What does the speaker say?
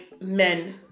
men